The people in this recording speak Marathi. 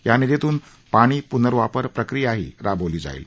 या निधीतून पाणी पुनर्वापर प्रक्रियाही राबवली जाईल